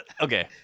okay